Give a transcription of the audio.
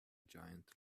giant